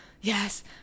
yes